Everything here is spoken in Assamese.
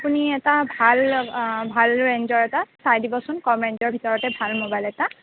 আপুনি এটা ভাল ভাল ৰেঞ্জৰ এটা চাই দিবচোন কম ৰেঞ্জৰ ভিতৰতে ভাল মোবাইল এটা